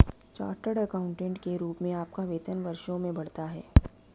chartered accountant के रूप में आपका वेतन वर्षों में बढ़ता है